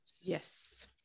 Yes